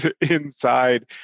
inside